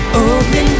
open